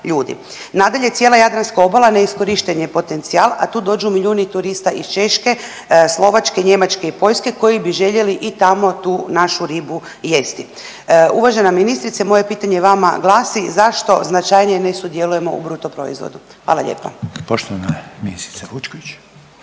Nadalje, cijela Jadranska obala neiskorišten je potencijal, a tu dođu milijuni turista iz Češke, Slovačke, Njemačke i Poljske koji bi željeli i tamo tu našu ribu jesti. Uvažena ministrice moje pitanje vama glasi, zašto značajnije ne sudjelujemo u bruto proizvodu? Hvala lijepa.